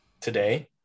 today